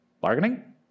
Bargaining